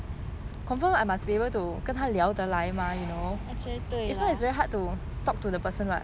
actually 对 lah